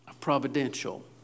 providential